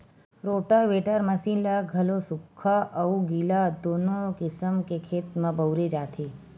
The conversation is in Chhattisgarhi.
रोटावेटर मसीन ल घलो सुख्खा अउ गिल्ला दूनो किसम के खेत म बउरे जाथे